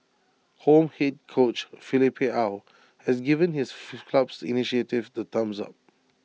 home Head coach Philippe aw has given his club's initiative the thumbs up